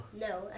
no